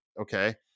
okay